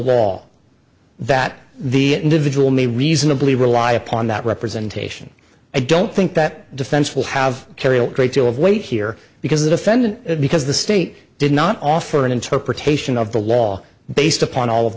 wall that the individual may reasonably rely upon that representation i don't think that defense will have carry a great deal of weight here because the defendant because the state did not offer an interpretation of the law based upon all of